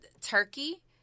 turkey